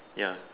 ya